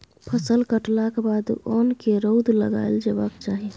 फसल कटलाक बाद अन्न केँ रौद लगाएल जेबाक चाही